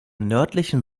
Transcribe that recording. nördlichen